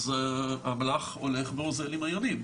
אז אמל"ח הולך ואוזל עם הימים.